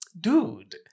dude